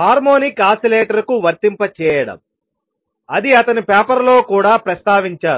harmonic ఓసిలేటర్కు వర్తింపజేయడం అది అతని పేపర్ లో కూడా ప్రస్తావించారు